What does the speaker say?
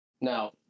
Now